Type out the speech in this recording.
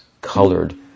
colored